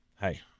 Hey